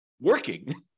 working